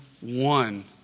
one